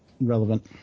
relevant